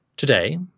Today